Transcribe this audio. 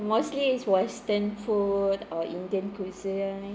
mostly is western food or indian cuisine